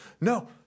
No